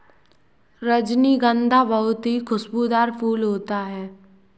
रजनीगंधा बहुत ही खुशबूदार फूल होता है